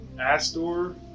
Astor